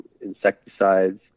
insecticides